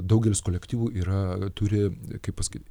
daugelis kolektyvų yra turi kaip pasakyt